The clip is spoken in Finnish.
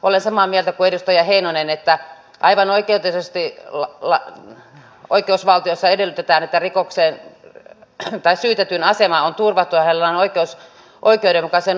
olen samaa mieltä kuin edustaja heinonen että aivan oikeutetusti oikeusvaltiossa edellytetään että syytetyn asema on turvattu ja hänellä on oikeus oikeudenmukaiseen oikeudenkäyntiin